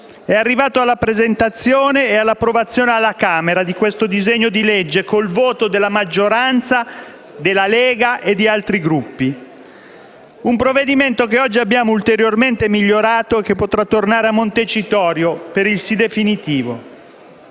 è arrivati alla presentazione e alla approvazione alla Camera di questo disegno di legge, con il voto della maggioranza, della Lega e di altri Gruppi. Un provvedimento che oggi abbiamo ulteriormente migliorato e che potrà tornare a Montecitorio per il sì definitivo.